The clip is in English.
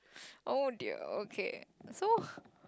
oh dear okay so